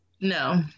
No